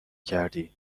کردی